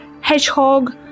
hedgehog